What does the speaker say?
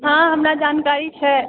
हँ हमरा जानकारी छै